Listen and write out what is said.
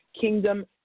Kingdom